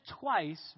twice